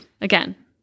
Again